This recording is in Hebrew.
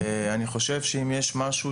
אני חושב שאם יש משהו